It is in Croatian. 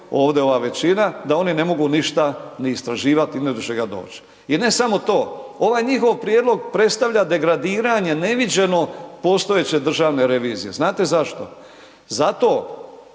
ovde ova većina, da oni ne mogu ništa ni istraživati i ni do čega doći. I ne samo to, ovaj njihov prijedlog predstavlja degradiranje neviđeno postojeće Državne revizije. Znate zašto? Zato